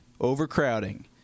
overcrowding